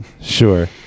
Sure